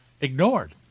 ignored